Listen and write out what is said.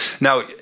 Now